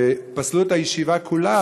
ופסלו את הישיבה כולה,